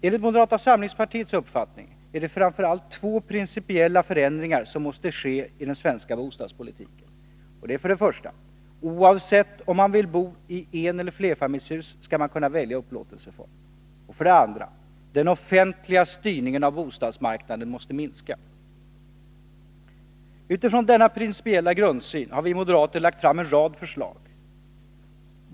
Enligt moderata samlingspartiets uppfattning är det framför allt två principiella förändringar som måste ske i den svenska bostadspolitiken. För det första: Oavsett om man vill bo i eneller flerfamiljshus skall man kunna välja upplåtelseform. För det andra: Den offentliga styrningen av bostadsmarknaden måste minskas. Utifrån denna principiella grundsyn har vi moderater lagt fram en rad förslag.